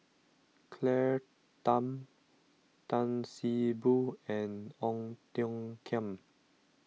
Claire Tham Tan See Boo and Ong Tiong Khiam